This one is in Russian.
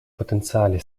потенциале